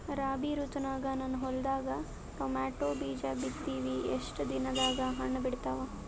ರಾಬಿ ಋತುನಾಗ ನನ್ನ ಹೊಲದಾಗ ಟೊಮೇಟೊ ಬೀಜ ಬಿತ್ತಿವಿ, ಎಷ್ಟು ದಿನದಾಗ ಹಣ್ಣ ಬಿಡ್ತಾವ?